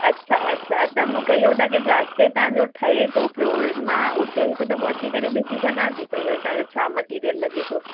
अच्छा अच्छा त मूंखे इहो ॿुधायो की जिते तव्हांजो ठहे थो पियो मां उते हिक दफो अची करे ॾिसी सघां थी पई भई तव्हांजो छा मटिरियल लॻे थो